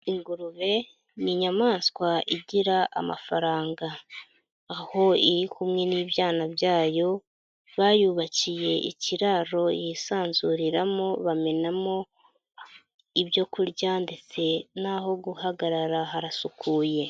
Ingurube ni inyamaswa igira amafaranga aho iri kumwe n'ibyana byayo bayubakiye ikiraro yisanzuriramo bamenamo ibyo kurya ndetse n'aho guhagarara harasukuye.